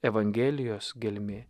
evangelijos gelmė